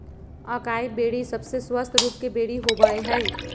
acai berry सबसे स्वस्थ रूप के बेरी होबय हइ